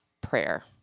prayer